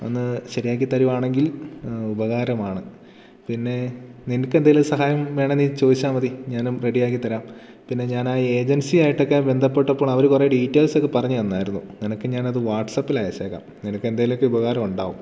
ഒന്ന് ശരിയാക്കി തരുവാണെങ്കിൽ ഉപകാരമാണ് പിന്നെ നിനക്ക് എന്തെങ്കിലും സഹായം വേണേൽ നീ ചോദിച്ചാൽ മതി ഞാനും റെഡി ആക്കിത്തരാം പിന്നെ ഞാൻ ആ ഏജൻസി ആയിട്ടൊക്കെ ബന്ധപ്പെട്ടപ്പോൾ അവർ കുറേ ഡീറ്റെയിൽസ് ഒക്കെ പറഞ്ഞുതന്നിരുന്നു നിനക്ക് ഞാനത് വാട്സപ്പിൽ അയച്ചേക്കാം നിനക്ക് എന്തെങ്കിലും ഒക്കെ ഉപകാരം ഉണ്ടാവും